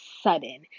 sudden